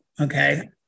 okay